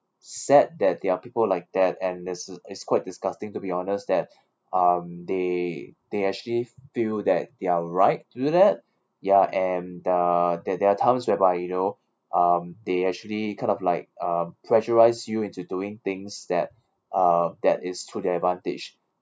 sad that they are people like that and this is quite disgusting to be honest that um they they actually feel that they are right to do that ya and then there are times whereby you know um they actually kind of like um pressurise you into doing things that uh that is to their advantage